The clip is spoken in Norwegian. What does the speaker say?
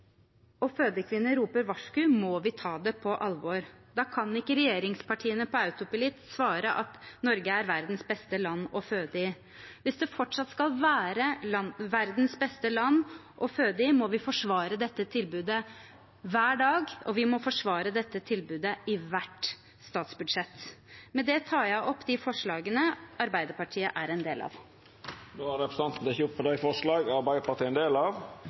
og fødekvinner roper varsku, må vi ta det på alvor. Da kan ikke regjeringspartiene på autopilot svare at Norge er verdens beste land å føde i. Hvis det fortsatt skal være verdens beste land å føde i, må vi forsvare dette tilbudet hver dag, og vi må forsvare dette tilbudet i hvert statsbudsjett. Med det tar jeg opp de forslagene Arbeiderpartiet er en del av. Representanten Tuva Moflag har teke opp